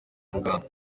muganga